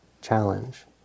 challenge